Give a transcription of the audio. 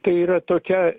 tai yra tokia